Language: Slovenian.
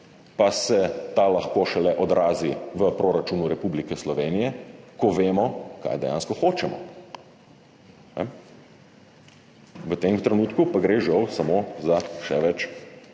pa se ta lahko odrazi v proračunu Republike Slovenije, ko vemo, kaj dejansko hočemo. V tem trenutku pa gre žal za samo še več